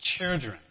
children